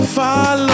Follow